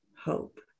hope